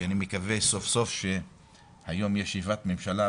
שאני מקווה סוף סוף שהיום ישיבת ממשלה,